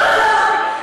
לא לא לא.